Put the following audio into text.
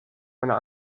meiner